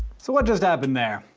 so what just happened there?